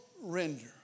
render